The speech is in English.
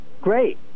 Great